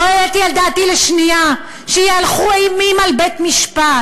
לא העליתי על דעתי לשנייה שיהלכו אימים על בית-משפט.